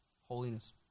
holiness